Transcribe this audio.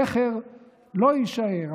מהם זכר לא יישאר,